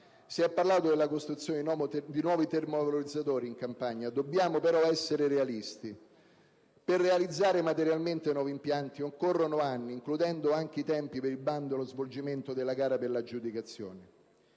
Si è parlato della costruzione di nuovi termovalorizzatori in Campania. Dobbiamo però essere realisti. Per realizzare materialmente nuovi impianti occorrono anni, se si includono anche i tempi per bandire la gara e relativo svolgimento per l'aggiudicazione.